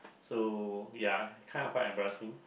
so ya kind of quite embarrassing